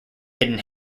hidden